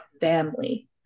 family